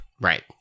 Right